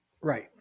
Right